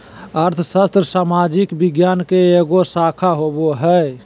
अर्थशास्त्र सामाजिक विज्ञान के एगो शाखा होबो हइ